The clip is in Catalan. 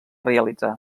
realitzar